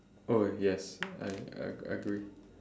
oh yes I I agree